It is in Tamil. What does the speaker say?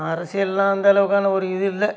அரசியல்லாம் அந்த அளவுக்கான ஒரு இது இல்லை